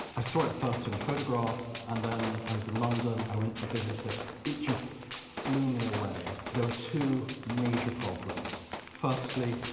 i saw it first in photographs and then i was in london, i went to visit it. it just blew me away. there were two major problems. firstly,